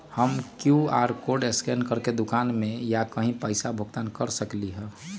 हम QR code scan करके दुकान में या कहीं भी पैसा के भुगतान कर सकली ह?